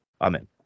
Amen